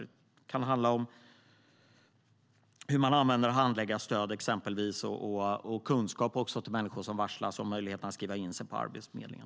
Det kan handla om hur man exempelvis använder handläggarstöd och kunskap till människor som varslas och om möjligheten att skriva in sig på Arbetsförmedlingen.